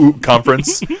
conference